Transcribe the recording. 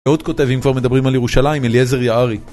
אהוד כותב, אם כבר מדברים על ירושלים, אליעזר יערי.